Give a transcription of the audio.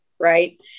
Right